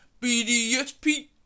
BDSP